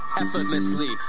effortlessly